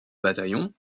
bataillon